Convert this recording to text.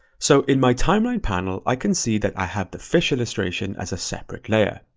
so in my timeline panel, i can see that i have the fish illustration as a separate layer.